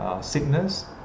sickness